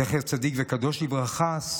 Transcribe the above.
זכר צדיק וקדוש לברכה.